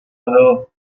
hill